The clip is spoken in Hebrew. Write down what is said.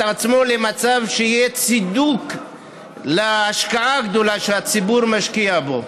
עצמו למצב שיהיה צידוק להשקעה הגדולה שהציבור משקיע בו.